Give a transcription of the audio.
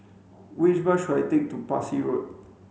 which bus should I take to Parsi Road